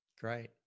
Great